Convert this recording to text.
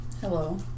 Hello